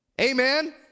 Amen